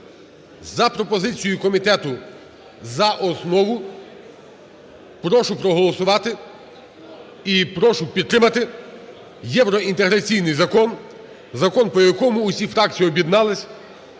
за пропозицією комітету за основу. Прошу проголосувати і прошу підтримати євроінтеграційний закон, закон, по якому усі фракції об'єднались